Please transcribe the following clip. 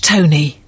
Tony